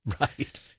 Right